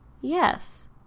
Yes